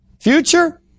Future